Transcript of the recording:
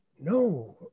no